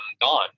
gone